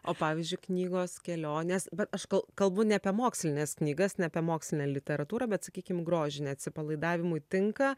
o pavyzdžiui knygos kelionės bet aš gal kalbu ne apie mokslines knygas ne apie mokslinę literatūrą bet sakykim grožinę atsipalaidavimui tinka